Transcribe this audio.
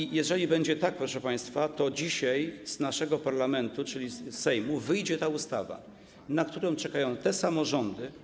I jeżeli będzie tak, proszę państwa, to dzisiaj z naszego parlamentu czyli z Sejmu, wyjdzie ta ustawa, na którą czekają samorządy.